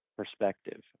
perspective